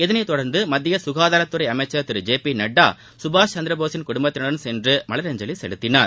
இதனை தொடர்ந்து மத்திய க்காதாரத்துறை அமைச்சர் திரு ஜே பி நட்டா கபாஷ்சந்திபோஸின் குடும்பத்தினருடன் சென்று மலரஞ்சலி செலுத்தினார்